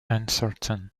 uncertain